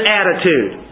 attitude